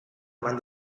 eman